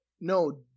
No